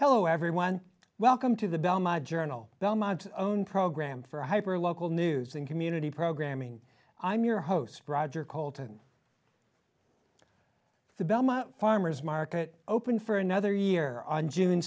hello everyone welcome to the bell my journal belmont own program for hyper local news and community programming i'm your host brother called and the belmont farmer's market open for another year on june